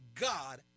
God